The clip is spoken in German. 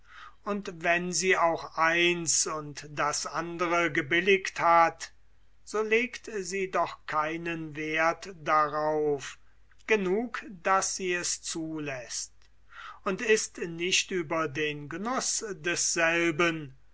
und wenn sie auch eins und das andere gebilligt hat so legt sie doch keinen werth darauf genug daß sie es zuläßt und ist nicht über den genuß desselben